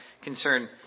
concern